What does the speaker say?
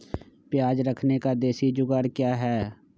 प्याज रखने का देसी जुगाड़ क्या है?